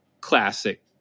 classic